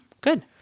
Good